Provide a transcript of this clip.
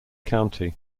county